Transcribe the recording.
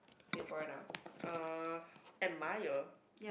Singaporean ah uh admire